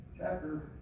Chapter